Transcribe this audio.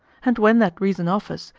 and when that reason offers,